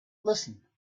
listen